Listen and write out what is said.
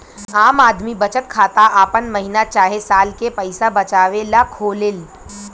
आम आदमी बचत खाता आपन महीना चाहे साल के पईसा बचावे ला खोलेले